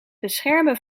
beschermen